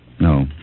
No